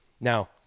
Now